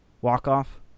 walk-off